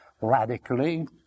radically